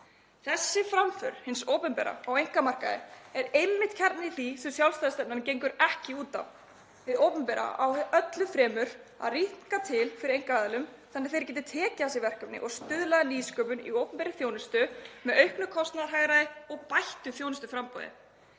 Þessi framganga hins opinbera á einkamarkaði er einmitt kjarninn í því sem sjálfstæðisstefnan gengur ekki út á. Hið opinbera á öllu fremur að rýmka til fyrir einkaaðilum þannig að þeir geti tekið að sér verkefni og stuðla að nýsköpun í opinberri þjónustu með auknu kostnaðarhagræði og bættu þjónustuframboði.